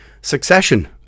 Succession